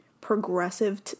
progressive